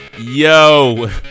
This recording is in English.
Yo